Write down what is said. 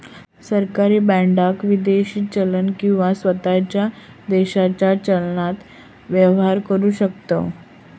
सरकारी बाँडाक विदेशी चलन किंवा स्वताच्या देशाच्या चलनान व्यवहार करु शकतव